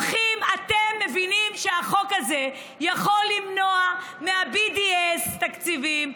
אתם מבינים שהחוק הזה יכול למנוע מה-BDS תקציבים,